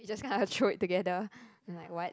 just kind of throw it together and like what